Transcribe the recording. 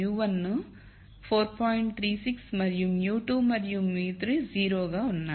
36 మరియు μ2 మరియు μ3 0 గా ఉన్నాయి